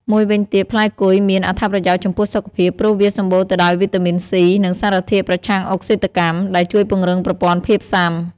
មួយវិញទៀតផ្លែគុយមាន អត្ថប្រយោជន៍ចំពោះសុខភាព ព្រោះវាសម្បូរទៅដោយវីតាមីន ស៊ី និងសារធាតុប្រឆាំងអុកស៊ីតកម្ម ដែលជួយពង្រឹងប្រព័ន្ធភាពស៊ាំ។